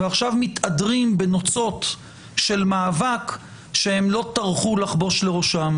ועכשיו מתהדרים בנוצות של מאבק שהם לא טרחו לחבוש לראשם.